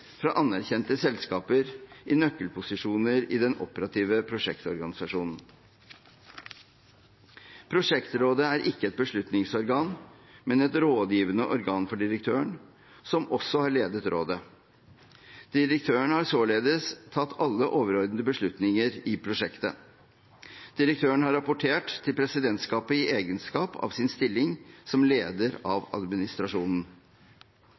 fra anerkjente selskaper, i nøkkelposisjoner i den operative prosjektorganisasjonen. Prosjektrådet er ikke et beslutningsorgan, men et rådgivende organ for direktøren, som også har ledet rådet. Direktøren har således tatt alle overordnede beslutninger i prosjektet. Direktøren har rapportert til presidentskapet i egenskap av sin stilling som leder